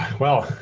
well,